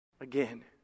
again